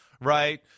right